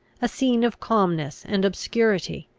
a scene of calmness and obscurity,